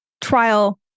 trial